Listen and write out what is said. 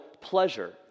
pleasure